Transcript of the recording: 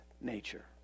nature